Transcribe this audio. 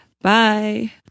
bye